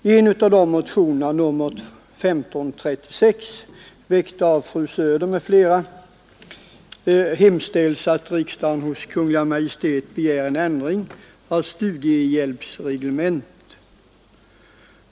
I en av dessa motioner, nr 1536 väckt av fru Söder m.fl., hemställs att riksdagen hos Kungl. Maj:t begär en ändring av studiehjälpsreglementet.